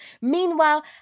Meanwhile